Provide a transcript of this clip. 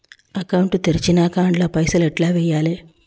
Account తెరిచినాక అండ్ల పైసల్ ఎట్ల వేయాలే?